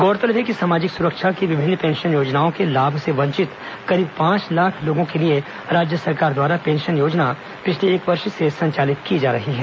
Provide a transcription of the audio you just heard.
गौरतलब है कि सामाजिक सुरक्षा की विभिन्न पेंशन योजनाओं के लाभ से वंचित करीब पांच लाख लोगों के लिए राज्य सरकार द्वारा पेंशन योजना पिछले एक वर्ष से संचालित की जा रहा है